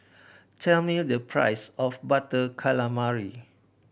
tell me the price of Butter Calamari